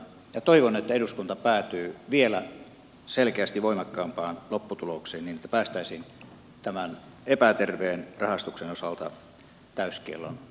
toivon että eduskunta päätyy vielä selkeästi voimakkaampaan lopputulokseen niin että päästäisiin tämän epäterveen rahastuksen osalta täyskiellon linjoille